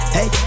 Hey